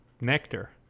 nectar